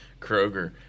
Kroger